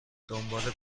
دنبال